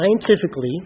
scientifically